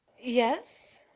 yes?